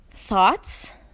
Thoughts